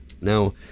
Now